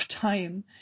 time